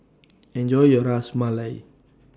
Enjoy your Ras Malai